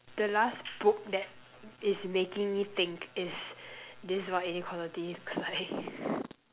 the last book that is making me think is this is what inequality looks like